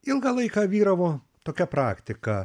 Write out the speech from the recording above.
ilgą laiką vyravo tokia praktika